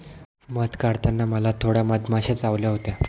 मध काढताना मला थोड्या मधमाश्या चावल्या होत्या